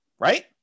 right